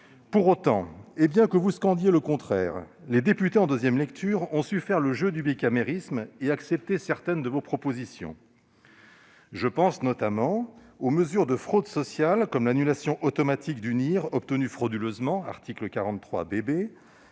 Pour autant, et bien que vous scandiez le contraire, les députés, en deuxième lecture, ont su faire le jeu du bicamérisme et accepter certaines de vos propositions. Je pense notamment aux mesures de lutte contre la fraude sociale, comme l'annulation automatique du NIR obtenu frauduleusement, à l'article 43 BB,